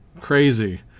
Crazy